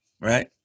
right